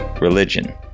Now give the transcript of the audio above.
religion